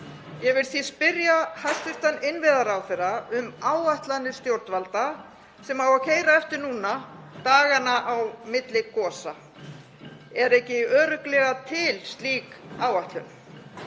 Ég vil því spyrja hæstv. innviðaráðherra um áætlanir stjórnvalda sem á að keyra eftir núna dagana á milli gosa. Er ekki örugglega til slík áætlun?